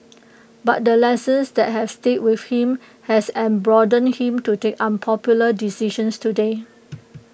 but the lessons that have stayed with him have emboldened him to take unpopular decisions today